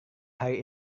hari